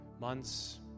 months